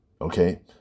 Okay